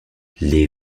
les